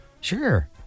Sure